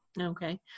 okay